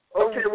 Okay